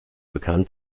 bekannt